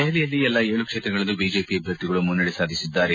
ದೆಹಲಿಯಲ್ಲಿ ಎಲ್ಲಾ ಏಳು ಕ್ಷೇತ್ರಗಳಲ್ಲೂ ಬಿಜೆಪಿ ಅಭ್ಯರ್ಥಿಗಳು ಮುನ್ನಡೆ ಸಾಧಿಸಿದ್ದಾರೆ